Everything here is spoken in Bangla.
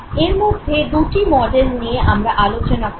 এর মধ্যে দুটি মডেল নিয়ে আমরা আলোচনা করবো